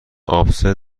آبسه